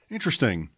Interesting